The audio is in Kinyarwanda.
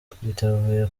twiteguye